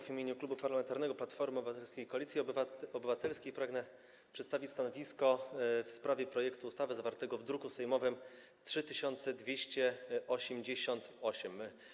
W imieniu Klubu Parlamentarnego Platforma Obywatelska - Koalicja Obywatelska pragnę przedstawić stanowisko w sprawie projektu ustawy zawartego w druku sejmowym nr 3288.